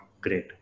great